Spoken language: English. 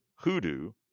hoodoo